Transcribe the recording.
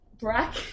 Brack